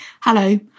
Hello